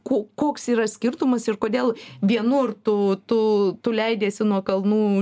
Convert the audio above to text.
ko koks yra skirtumas ir kodėl vienur tu tu tu leidiesi nuo kalnų